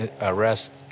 arrest